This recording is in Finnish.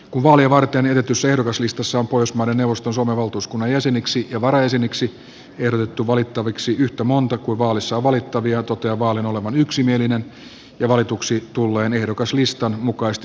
kun vaalia varten jätetyssä ehdokaslistassa on pohjoismaiden neuvoston suomen valtuuskunnan jäseniksi ja varajäseniksi ehdotettu valittaviksi yhtä monta kuin vaalissa on valittavia totean vaalin olevan yksimielinen ja valituiksi tulleen ehdokaslistan mukaista